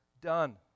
done